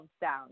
down